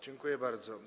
Dziękuję bardzo.